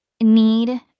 need